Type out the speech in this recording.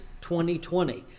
2020